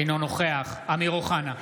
אינו נוכח אמיר אוחנה,